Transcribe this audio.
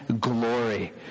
glory